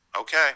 okay